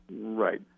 Right